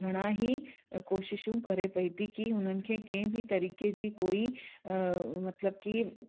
घणा ही कोशिशू करे पई ती कि उन्हनि खे कंहिं बि तरीक़े जी कोई मतिलब कि